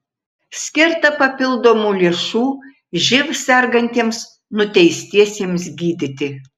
skirta papildomų lėšų živ sergantiems nuteistiesiems gydyti